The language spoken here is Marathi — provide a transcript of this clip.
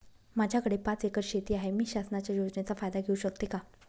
माझ्याकडे पाच एकर शेती आहे, मी शासनाच्या योजनेचा फायदा घेऊ शकते का?